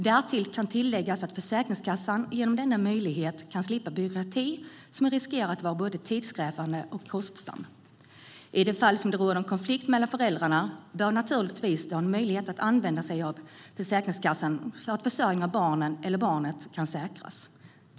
Därtill kan tilläggas att Försäkringskassan genom denna möjlighet kan slippa byråkrati som riskerar att vara både tidskrävande och kostsam. I det fall det råder en konflikt mellan föräldrarna bör det naturligtvis finnas möjlighet att använda sig av Försäkringskassan för att säkra försörjning av barnen eller barnet.